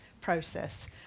process